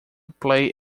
play